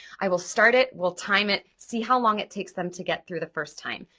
i will start it, we'll time it, see how long it takes them to get through the first time.